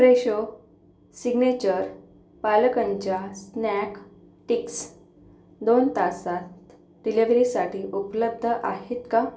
Fresho signature पालकाच्या snack sticks दोन तासांत डिलेव्हरीसाठी उपलब्ध आहेत का